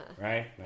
Right